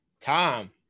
Tom